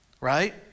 right